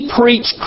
preach